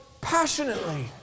passionately